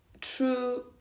true